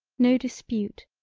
no dispute,